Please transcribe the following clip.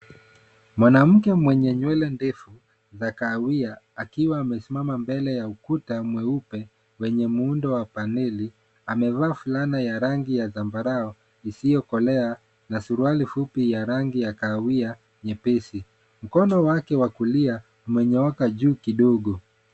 Mwanamke mwenye nywele ndefu za kahawia akiwa amesimama mbele ya ukuta mweupe wenye muundo wa paneli. Amevaa fulana ya rangi ya zambarau isiyokolea na suruali fupi ya rangi ya kahawia nyepesi. Mkono wake wa kulia umenyooka juu kidogo.